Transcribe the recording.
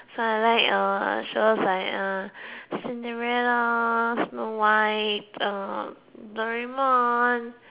so I like uh shows like uh Cinderella snow-white uh Doraemon